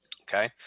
okay